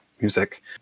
music